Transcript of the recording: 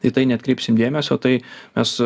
į tai neatkreipsim dėmesio tai mes